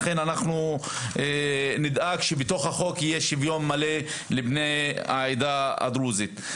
לכן אנחנו נדאג שבתוך החוק יהיה שוויון מלא לבני העדה הדרוזית.